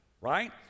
Right